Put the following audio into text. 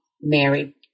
Mary